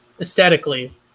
aesthetically